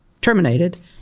terminated